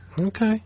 Okay